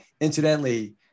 Incidentally